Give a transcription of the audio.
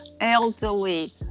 elderly